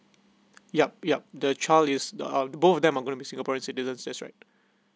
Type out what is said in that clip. yup yup the child use the uh both of them are gonna be a singaporean citizens that's right